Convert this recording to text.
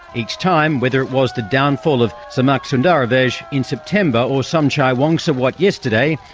each time, whether it was the downfall of samak sundaravej in september, or somchai wongsawat yesterday,